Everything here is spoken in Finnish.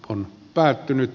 on päättynyt